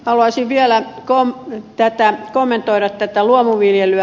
haluaisin vielä kommentoida tätä luomuviljelyä